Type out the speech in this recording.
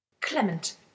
clement